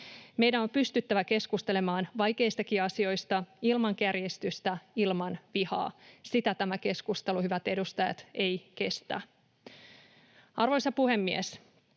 Meidän on pystyttävä keskustelemaan vaikeistakin asioista ilman kärjistystä, ilman vihaa, mitä tämä keskustelu, hyvät edustajat, ei kestä. Arvoisa puhemies!